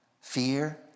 Fear